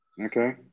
Okay